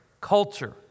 culture